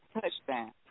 touchdown